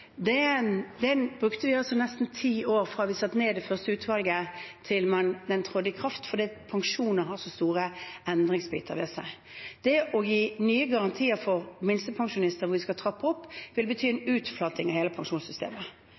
Den brukte vi nesten ti år på, fra vi satte ned det første utvalget, til den trådte i kraft, fordi pensjoner har så store endringsbiter ved seg. Det å gi nye garantier for minstepensjonister, hvor vi skal trappe opp, vil bety en utflating av hele pensjonssystemet.